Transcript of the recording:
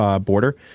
border